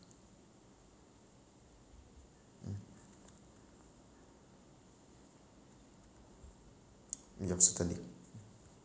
mm yup certainly